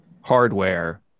Hardware